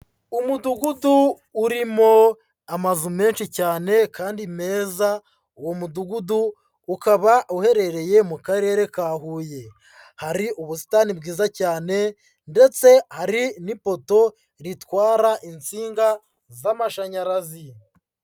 Umudugudu urimo amazu menshi cyane kandi meza, uwo mudugudu ukaba uherereye mu karere ka Huye, hari ubusitani bwiza cyane ndetse hari n'ipoto ritwara insinga z'amashanyarazi.